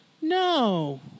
No